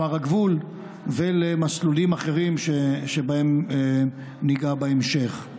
למשמר הגבול ולמסלולים אחרים שבהם ניגע בהמשך.